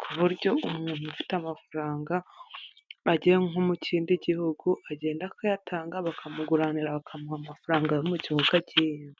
ku buryo umuntu ufite amafaranga agiye nko mu kindi gihugu agenda akayatanga bakamuguranira bakamuha amafaranga yo mu gihugu agiyemo.